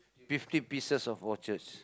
fifty pieces of watches